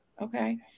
Okay